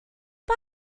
buy